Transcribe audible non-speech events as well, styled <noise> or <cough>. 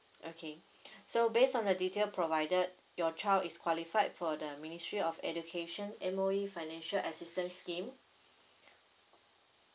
okay <breath> so based on your detail provided your child is qualified for the ministry of education M_O_E financial assistance scheme